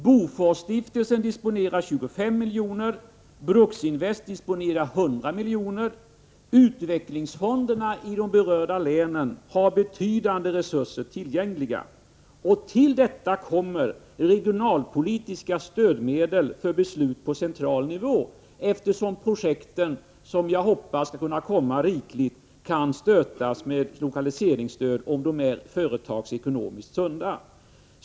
Boforsstiftelsen disponerar 25 miljoner, Bruksinvest disponerar 100 miljoner, utvecklingsfonderna i de berörda länen har betydande resurser tillgängliga. Till detta kommer regionalpolitiska stödmedel för beslut på central nivå, eftersom projekten, som jag hoppas skall komma rikligt, kan stöttas med lokaliseringsstöd om de är företagsekonomiskt sunda.